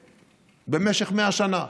במשך 100 שנה.